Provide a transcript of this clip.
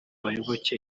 bayoboke